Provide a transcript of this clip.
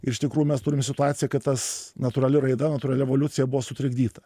ir iš tikrųjų mes turim situaciją kad tas natūrali raida natūrali evoliucija buvo sutrikdyta